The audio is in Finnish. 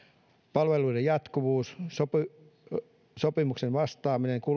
palveluiden jatkuvuus ja sopimuksen vastaaminen